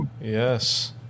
Yes